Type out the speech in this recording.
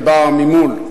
שבאה ממול,